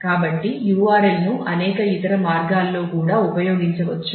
కాబట్టి URL ను అనేక ఇతర మార్గాల్లో కూడా ఉపయోగించవచ్చు